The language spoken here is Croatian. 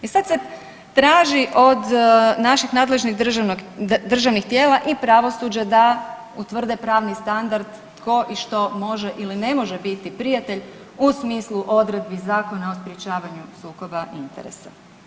I sad se traži od naših nadležnih državnih tijela i pravosuđa da utvrde pravni standard tko i što može ili ne može biti prijatelj u smislu odredbi Zakona o sprječavanju sukoba interesa.